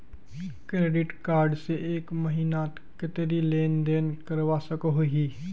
Credit card से एक महीनात कतेरी लेन देन करवा सकोहो ही?